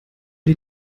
die